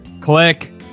click